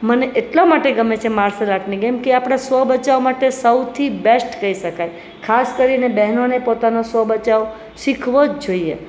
મને એટલા માટે ગમે છે માર્શલ આર્ટની ગેમ કે આપણાં સ્વ બચાવ માટે સૌથી બેસ્ટ કહી શકાય ખાસ કરીને બેહનોને પોતાનો સ્વ બચાવ શીખવો જ જોઈએ